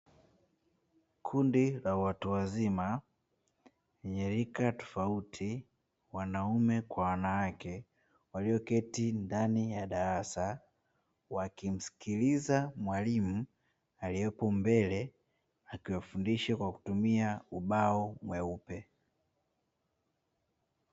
Kundi la watu wazima wenye lika tofauti, wanaume kwa wanawake, walioketi ndani ya darasa. Wakimsikiliza mwalimu, aliyopo mbele akiwafundisha kwa kutumia ubao mweupe.